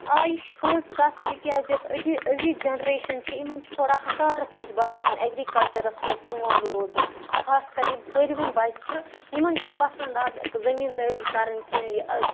آ یہِ چھِ پوٚز کَتھ تِکیٛازِ یۄس أزچ أزچ جَنریشَن چھِ یِمَن چھِ تھوڑا حکارَت ہِش باسان ایٚگرِکَلچَرَس سۭتۍ اِنوالو روزُن خاص کَر یِم پٔرۍ وٕنۍ بَچہِٕ چھُ یِمَن چھُنہٕ پَسَنٛد آز زٔمیٖندٲری کَرٕنۍ کینٛہہ یہِ